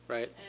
Right